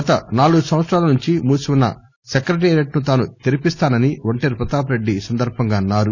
గత నాలుగు సంవత్సరాల నుంచి మూసిఉన్న సెక్రటేరియట్ ను తాను తెరిపిస్తానని ఒంటేరు ప్రతాపరెడ్డి ఈ సందర్భంగా అన్నారు